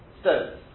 Stones